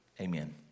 Amen